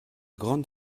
grandes